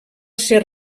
ser